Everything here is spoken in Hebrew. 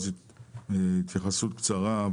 אבקש לתת התייחסות קצרה: